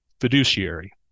fiduciary